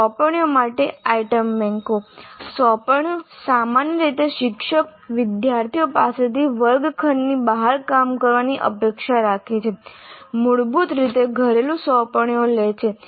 સોંપણીઓ માટે આઇટમ બેંકો સોંપણીઓ સામાન્ય રીતે શિક્ષક વિદ્યાર્થીઓ પાસેથી વર્ગખંડની બહાર કામ કરવાની અપેક્ષા રાખે છે મૂળભૂત રીતે ઘરેલું સોંપણીઓ લે છે